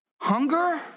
hunger